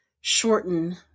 shorten